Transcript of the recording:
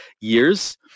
years